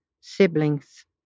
siblings